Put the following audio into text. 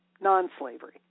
non-slavery